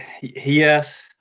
Yes